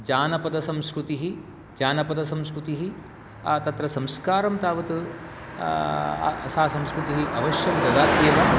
जानपदसंस्कृतिः जानपदसंस्कृतिः तत्र संस्कारं तावत् सा संस्कृतिः अवश्यं ददात्येव